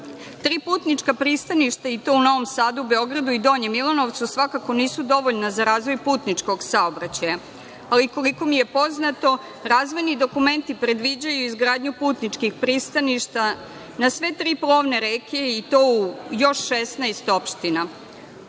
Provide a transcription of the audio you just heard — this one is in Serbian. putnička pristaništa i to u Novom Sadu, Beogradu i Donjem Milanovcu svakako nisu dovoljno za razvoj putničkog saobraćaja, ali koliko mi je poznato razvojni dokumenti predviđaju izgradnju putničkih pristaništa na sve tri plovne reke i to u još 16 opština.